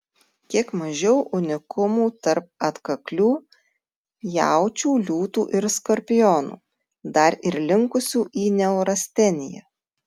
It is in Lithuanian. kiek mažiau unikumų tarp atkaklių jaučių liūtų ir skorpionų dar ir linkusių į neurasteniją